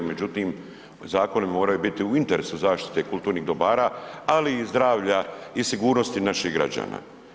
Međutim, zakoni moraju biti u interesu zaštite kulturnih dobara, ali i zdravlja i sigurnosti naših građana.